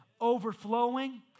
overflowing